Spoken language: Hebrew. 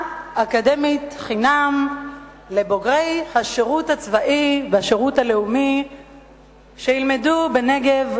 אקדמית חינם לבוגרי השירות הצבאי והשירות הלאומי שילמדו בנגב,